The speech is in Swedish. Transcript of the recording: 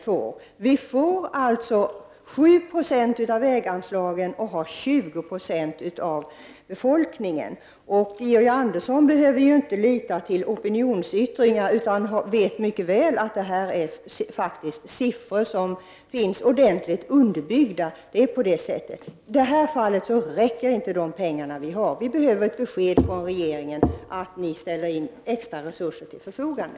7 76 av väganslagen går till Stockholms län, trots att 20 26 av Sveriges befolkning bor här. Georg Andersson behöver inte sätta sin lit till opinionsyttringar. Han vet mycket väl att dessa siffror faktiskt är mycket väl underbyggda. I det här fallet räcker inte de pengar som finns. Vi behöver således ett besked från regeringen om att denna ställer extra resurser till förfogande.